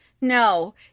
no